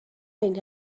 این